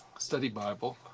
study bible.